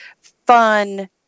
fun